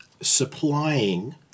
supplying